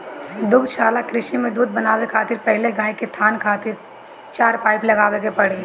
दुग्धशाला कृषि में दूध बनावे खातिर पहिले गाय के थान खातिर चार पाइप लगावे के पड़ी